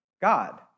God